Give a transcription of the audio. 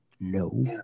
No